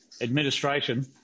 administration